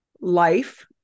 life